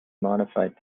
modified